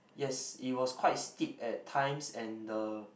yes it was quite steep at times and the